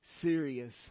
serious